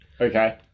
Okay